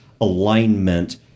Alignment